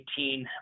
2018